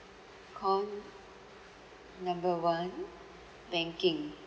call number one banking